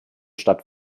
statt